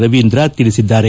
ರವೀಂದ್ರ ತಿಳಿಸಿದ್ದಾರೆ